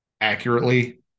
accurately